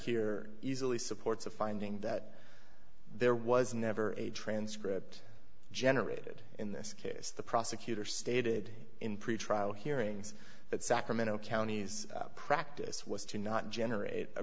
here easily supports a finding that there was never a transcript generated in this case the prosecutor stated in pretrial hearings that sacramento county's practice was to not generate a